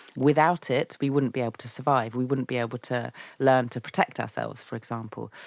without it we wouldn't be able to survive, we wouldn't be able to learn to protect ourselves, for example.